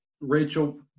rachel